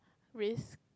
risk